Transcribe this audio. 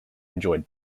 enjoyed